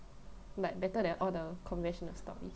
like better than all the conventional stories